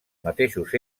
mateixos